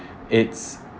it's